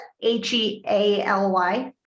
H-E-A-L-Y